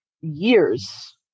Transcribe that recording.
years